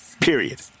period